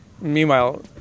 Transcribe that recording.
Meanwhile